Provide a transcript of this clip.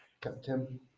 Captain